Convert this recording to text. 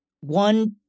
one